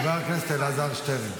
חבר הכנסת אלעזר שטרן.